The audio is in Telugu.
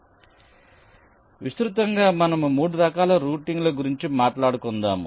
కాబట్టి విస్తృతంగా మనము 3 రకాల రూటింగ్ ల గురించి మాట్లాడుకుందాము